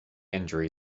injury